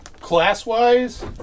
class-wise